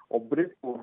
o britų